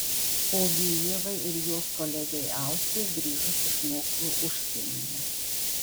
ogi ievai ir jos kolegei austei grįžus iš mokslų užsienyje